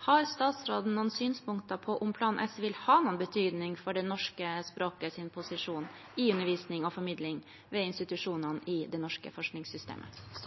Har statsråden noen synspunkter på om Plan S vil ha noen betydning for det norske språkets posisjon i undervisning og formidling ved institusjonene i det norske forskningssystemet? Vi